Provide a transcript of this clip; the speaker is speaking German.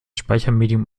speichermedium